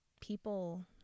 people